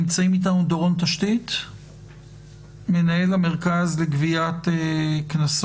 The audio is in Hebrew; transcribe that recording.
זה מנציגי המרכז והרשות להשלים את הפרטים הנדרשים.